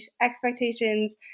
expectations